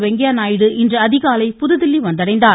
வெங்கையா நாயுடு இன்று அதிகாலை புதுதில்லி வந்தடைந்தார்